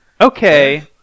Okay